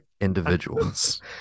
individuals